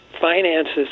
finances